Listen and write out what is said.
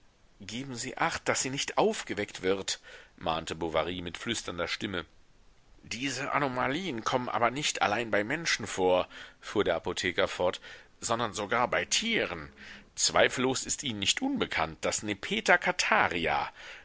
geben sie acht daß sie nicht aufgeweckt wird mahnte bovary mit flüsternder stimme diese anomalien kommen aber nicht allein bei menschen vor fuhr der apotheker fort sondern sogar bei tieren zweifellos ist ihnen nicht unbekannt daß nepeta cataria